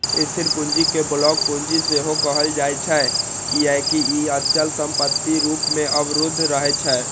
स्थिर पूंजी कें ब्लॉक पूंजी सेहो कहल जाइ छै, कियैकि ई अचल संपत्ति रूप मे अवरुद्ध रहै छै